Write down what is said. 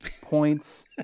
points